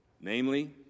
Namely